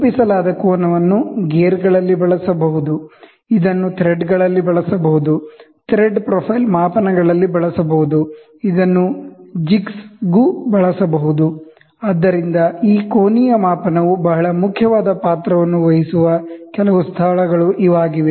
ರೂಪಿಸಲಾದ ಕೋನವನ್ನು ಗೇರ್ಗಳಲ್ಲಿ ಬಳಸಬಹುದು ಇದನ್ನು ಥ್ರೆಡ್ಗಳಲ್ಲಿ ಬಳಸಬಹುದು ಥ್ರೆಡ್ ಪ್ರೊಫೈಲ್ ಮಾಪನ ಗಳಲ್ಲಿ ಬಳಸಬಹುದು ಇದನ್ನು ಜಿಗ್ಸ್ಗೂ ಬಳಸಬಹುದು ಆದ್ದರಿಂದ ಈ ಕೋನೀಯ ಮಾಪನವು ಬಹಳ ಮುಖ್ಯವಾದ ಪಾತ್ರವನ್ನು ವಹಿಸುವ ಕೆಲವು ಸ್ಥಳಗಳು ಇವಾಗಿವೆ